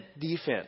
defense